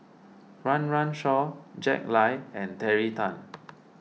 Run Run Shaw Jack Lai and Terry Tan